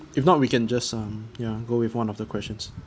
if not we can just um ya go with one of the questions